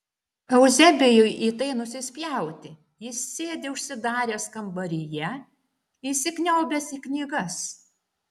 euzebijui į tai nusispjauti jis sėdi užsidaręs kambaryje įsikniaubęs į knygas